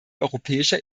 europäischer